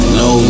no